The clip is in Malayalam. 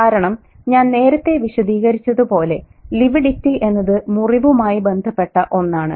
കാരണം ഞാൻ നേരത്തെ വിശദീകരിച്ചതുപോലെ 'ലിവിഡിറ്റി' എന്നത് മുറിവുമായി ബന്ധപ്പെട്ട ഒന്നാണ്